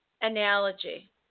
analogy